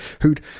who'd